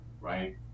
Right